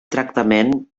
tractament